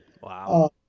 Wow